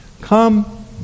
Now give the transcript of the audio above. Come